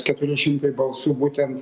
keturi šimtai balsų būtent